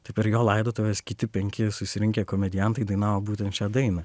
tai per jo laidotuves kiti penki susirinkę komediantai dainavo būtent šią dainą